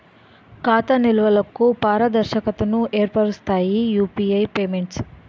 ఖాతా నిల్వలకు పారదర్శకతను ఏర్పరుస్తాయి యూపీఐ పేమెంట్స్